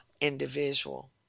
individual